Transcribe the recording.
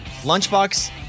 Lunchbox